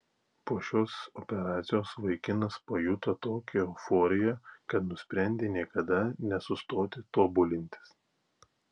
po šios operacijos vaikinas pajuto tokią euforiją kad nusprendė niekada nesustoti tobulintis